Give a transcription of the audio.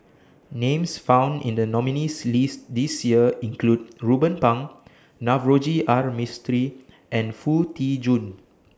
Names found in The nominees' list This Year include Ruben Pang Navroji R Mistri and Foo Tee Jun